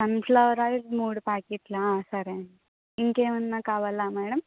sunflower oil మూడు ప్యాకెట్లా సరే ఇంకేమన్నా కావలా మేడమ్